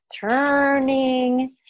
turning